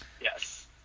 Yes